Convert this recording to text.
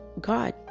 God